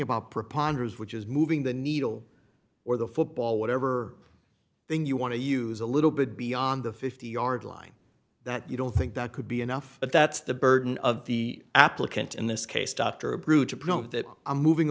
about preponderance which is moving the needle or the football whatever thing you want to use a little bit beyond the fifty yard line that you don't think that could be enough but that's the burden of the applicant in this case dr abreu to prove that i'm moving